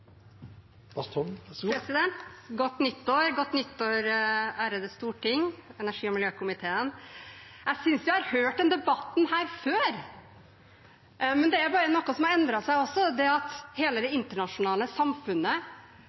Godt nytt år ærede storting og energi- og miljøkomité! Jeg synes jeg har hørt denne debatten før, men det er noe som har endret seg også. Det er at hele det internasjonale samfunnet